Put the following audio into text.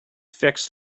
fixed